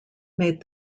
made